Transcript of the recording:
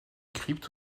crypte